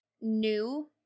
new